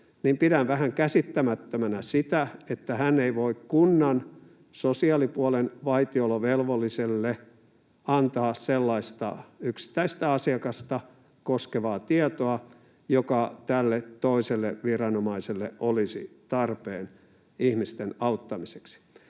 niin pidän vähän käsittämättömänä sitä, että hän ei voi kunnan sosiaalipuolen vaitiolovelvolliselle viranomaiselle antaa sellaista yksittäistä asiakasta koskevaa tietoa, joka tälle toiselle viranomaiselle olisi tarpeen ihmisen auttamiseksi.